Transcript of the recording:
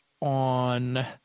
on